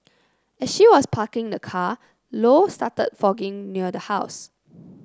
as she was parking the car Low started fogging near the house